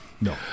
No